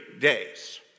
days